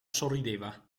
sorrideva